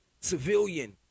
civilian